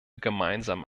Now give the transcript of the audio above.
gemeinsam